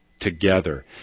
together